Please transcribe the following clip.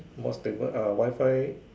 more stable ah Wifi